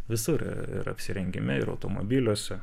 visur ir apsirengime ir automobiliuose